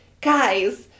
guys